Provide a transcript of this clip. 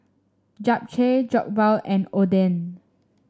Japchae Jokbal and Oden